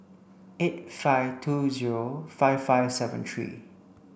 eight five two zero five five seven three